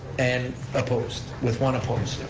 and, opposed, with one opposed.